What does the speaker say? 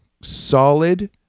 solid